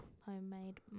Homemade